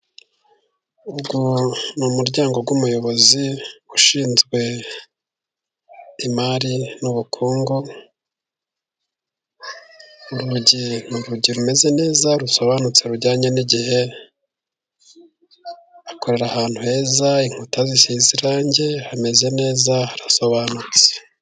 Uyu ni umuryango w'umuyobozi, ushinzwe imari n'ubukungu, urugi ni urugi rumeze neza rusobanutse rujyanye n'igihe, akorera ahantu heza, inkuta zisize irangi, hameze neza harasobanutse.